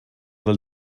del